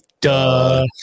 Duh